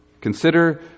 Consider